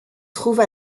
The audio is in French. trouve